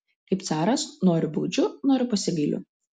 kaip caras noriu baudžiu noriu pasigailiu